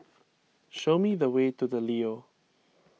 show me the way to the Leo